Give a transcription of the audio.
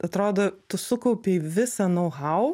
atrodo tu sukaupi visą nau hau